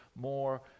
more